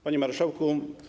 Panie Marszałku!